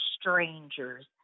strangers